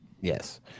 Yes